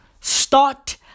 Start